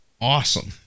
awesome